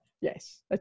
yes